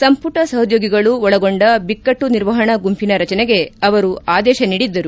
ಸಂಪುಟ ಸಹೋದ್ಯೋಗಿಗಳು ಒಳಗೊಂಡ ಬಿಕ್ಕಟ್ಟು ನಿರ್ವಹಣಾ ಗುಂಪಿನ ರಚನೆಗೆ ಅವರು ಆದೇಶ ನೀಡಿದ್ದರು